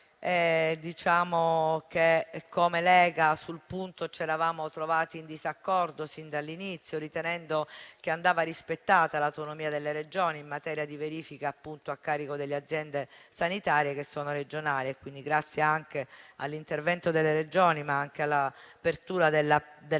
sanitaria. Come Lega sul punto ci eravamo trovati in disaccordo sin dall'inizio, ritenendo che andasse rispettata l'autonomia delle Regioni in materia di verifica a carico delle aziende sanitarie, che sono regionali. Grazie all'intervento delle Regioni e all'apertura della *Premier*,